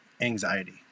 anxiety